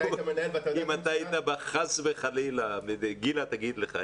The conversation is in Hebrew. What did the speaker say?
אתה היית מנהל ואתה יודע את הנוסחה --- גילה תגיד לך,